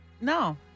No